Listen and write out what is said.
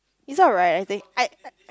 is alright I think I